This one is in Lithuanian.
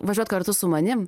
važiuot kartu su manim